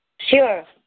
Sure